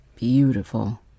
Beautiful